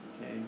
okay